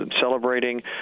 celebrating